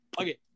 Okay